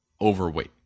overweight